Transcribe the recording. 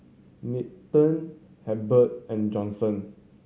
Norton Hebert and Johnson